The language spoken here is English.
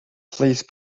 please